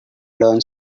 learn